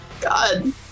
god